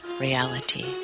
reality